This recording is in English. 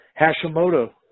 Hashimoto